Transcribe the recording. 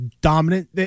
dominant